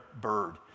bird